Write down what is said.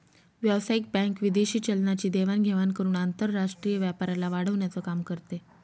व्यावसायिक बँक विदेशी चलनाची देवाण घेवाण करून आंतरराष्ट्रीय व्यापाराला वाढवण्याचं काम करते